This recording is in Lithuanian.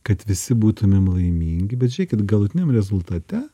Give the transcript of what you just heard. kad visi būtumėm laimingi bet žiūrėkit galutiniam rezultate